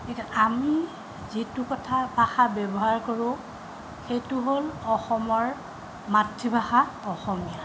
এতিয়া আমি যিটো কথা ভাষা ব্যৱহাৰ কৰোঁ সেইটো হ'ল অসমৰ মাতৃভাষা অসমীয়া